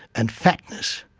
and fatness,